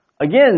again